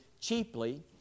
cheaply